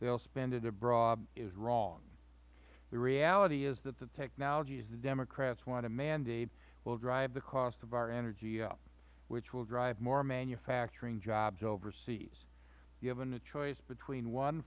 will spend it abroad is wrong the reality is that the technologies the democrats want to mandate will drive the cost of our energy up which will drive more manufacturing jobs overseas given the choice between one